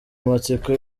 amatsiko